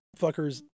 fuckers